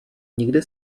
nikde